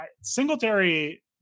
Singletary